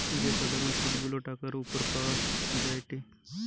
যে সাধারণ সুধ গুলা টাকার উপর পাওয়া যায়টে